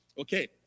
Okay